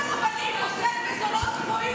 בית הדין הרבני פוסק מזונות גבוהים